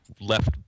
left